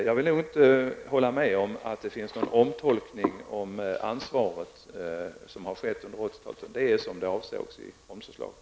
Jag vill inte hålla med om att det har gjorts någon omtolkning av ansvaret under 80-talet. Det är som det avsågs i omsorgslagen.